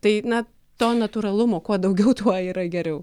tai na to natūralumo kuo daugiau tuo yra geriau